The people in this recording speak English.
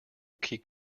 keep